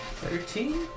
Thirteen